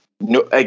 no